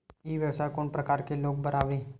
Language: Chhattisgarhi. ई व्यवसाय कोन प्रकार के लोग बर आवे?